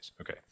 Okay